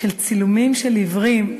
של צילומים של עיוורים.